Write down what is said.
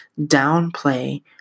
downplay